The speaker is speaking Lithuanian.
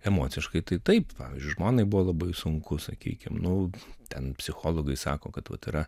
emociškai tai taip pavyzdžiui žmonai buvo labai sunku sakykim nu ten psichologai sako kad vat yra